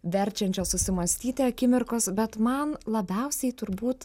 verčiančios susimąstyti akimirkos bet man labiausiai turbūt